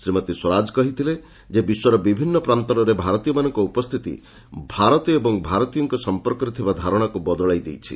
ଶ୍ରୀମତୀ ସ୍ୱରାଜ କହିଥିଲେ ଯେ ବିଶ୍ୱର ବିଭିନ୍ନ ପ୍ରାନ୍ତରେ ଭାରତୀୟମାନଙ୍କ ଉପସ୍ଥିତି ଭାରତ ଏବଂ ଭାରତୀୟଙ୍କ ସଂପର୍କରେ ଥିବା ଧାରଣାକୁ ବଦଳାଇ ଦେଇଛି